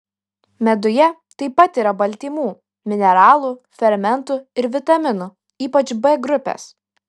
meduje taip pat yra baltymų mineralų fermentų ir vitaminų ypač b grupės